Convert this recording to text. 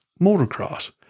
Motocross